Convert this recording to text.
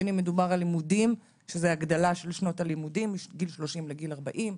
בין אם מדובר על לימודים שזאת הגדלה של שנות הלימודים מגיל 30 לגיל 40,